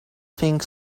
thing